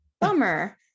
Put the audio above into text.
bummer